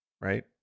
Right